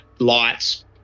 lights